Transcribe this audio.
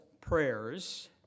prayers